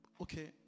Okay